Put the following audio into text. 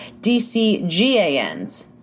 DCGANs